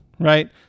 right